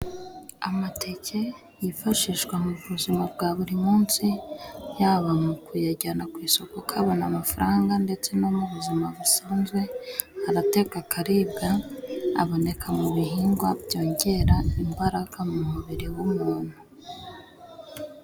Amateke yifashishwa mu buzima bwa buri munsi, yaba mu kuyajyana ku isoko ukabona amafaranga ndetse no mu buzima busanzwe aratekwa akaribwa, aboneka mu bihingwa byongera imbaraga mu mubiri w'umuntu.